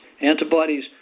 Antibodies